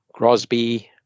Grosby